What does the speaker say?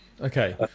okay